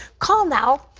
call now,